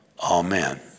Amen